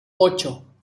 ocho